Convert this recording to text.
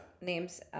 name's